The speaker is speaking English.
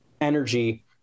energy